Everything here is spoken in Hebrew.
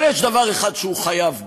אבל יש דבר אחד שהוא חייב בו,